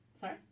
sorry